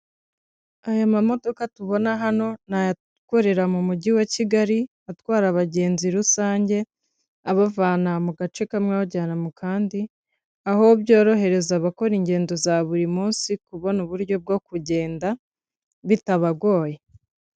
Aya mamodoka tubona hano, ni akorera mu mujyi wa Kigali atwara abagenzi rusange, abavana mu gace kamwe abajyana mu kandi, aho byorohereza abakora ingendo za buri munsi kubona uburyo bwo kugenda bitabagoye.